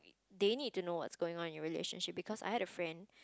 they need to know what's going on in your relationship because I had a friend